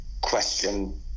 question